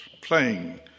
playing